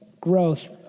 Growth